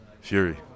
Fury